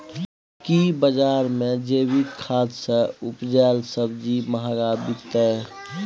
की बजार मे जैविक खाद सॅ उपजेल सब्जी महंगा बिकतै?